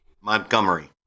Montgomery